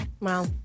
Wow